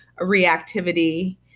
reactivity